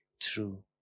true